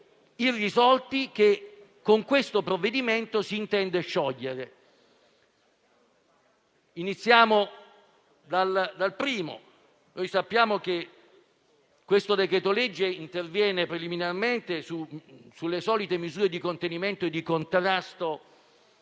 irrisolti che con questo provvedimento si intende sciogliere. Iniziamo dal primo: noi sappiamo che il decreto-legge interviene preliminarmente sulle solite misure di contenimento e di contrasto